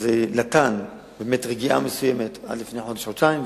שזה נתן רגיעה מסוימת עד לפני חודש-חודשיים,